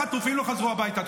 בגללכם החטופים לא חזרו הביתה.